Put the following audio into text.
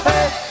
Hey